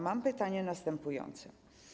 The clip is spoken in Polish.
Mam pytanie następujące.